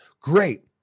Great